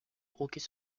hockey